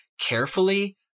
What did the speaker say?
carefully